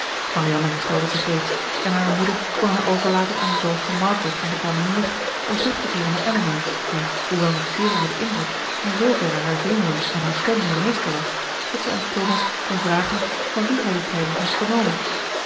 marianne herstelde zich reeds en hare moeder kon haar overlaten aan de zorg van margaret en de kamenier om terug te keeren naar elinor die hoewel nog zeer onder den indruk in zooverre haar zenuwen en hare stem weer meester was dat zij aan thomas kon vragen van wie hij die tijding had vernomen